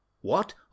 What